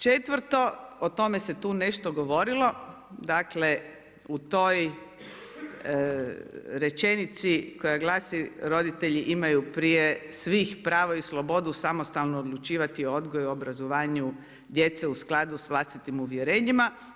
Četvrto o tome se tu nešto govorilo u toj rečenici, koja glasi roditelji imaju prije svih prava i slobodu samostalno odlučivati o odgoju i obrazovanju djece u skladu sa vlastitim uvjerenjima.